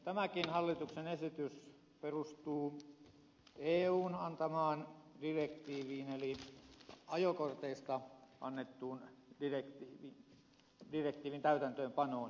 tämäkin hallituksen esitys perustuu eun antaman direktiivin eli ajokorteista annetun direktiivin toimeenpanoon